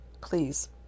please